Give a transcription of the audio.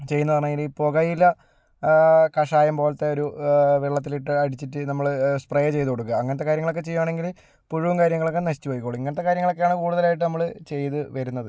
ചെയ്യുന്നത് പറഞ്ഞു കഴിഞ്ഞാൽ ഈ പുകയില കഷായം പോലത്തെ ഒരു വെള്ളത്തിലിട്ട് അടിച്ചിട്ട് നമ്മൾ സ്പ്രേ ചെയ്തുകൊടുക്കുക അങ്ങനത്തെ കാര്യങ്ങളൊക്കെ ചെയ്യുകയാണെങ്കിൽ പുഴുവും കാര്യങ്ങളൊക്കെ നശിച്ചു പോയ്ക്കോളും ഇങ്ങനത്തെ കാര്യങ്ങളൊക്കെയാണ് കൂടുതലായിട്ട് നമ്മൾ ചെയ്തു വരുന്നത്